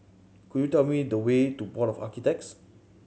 could you tell me the way to Board of Architects